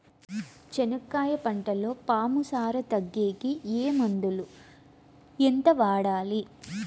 చెనక్కాయ పంటలో పాము సార తగ్గేకి ఏ మందులు? ఎంత వాడాలి?